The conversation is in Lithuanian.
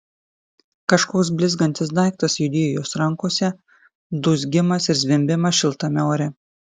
kažkoks blizgantis daiktas judėjo jos rankose dūzgimas ir zvimbimas šiltame ore